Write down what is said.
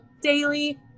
daily